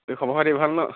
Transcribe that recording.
খবৰ খাতি ভাল নহ্